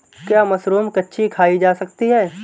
क्या मशरूम कच्ची खाई जा सकती है?